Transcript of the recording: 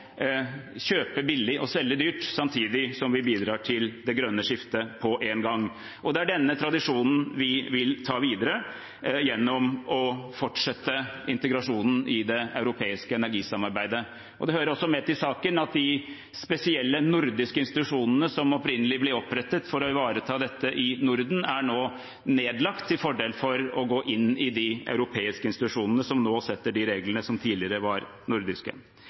kjøpe billig og selge dyrt, samtidig som vi bidrar til det grønne skiftet på en gang. Det er denne tradisjonen vi vil ta videre gjennom å fortsette integrasjonen i det europeiske energisamarbeidet. Det hører også med til saken at de spesielle nordiske institusjonene som opprinnelig ble opprettet for å ivareta dette i Norden, nå er nedlagt til fordel for det å gå inn i de europeiske institusjonene, som nå setter de reglene som tidligere var nordiske.